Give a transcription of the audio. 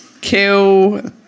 kill